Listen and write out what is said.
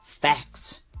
Facts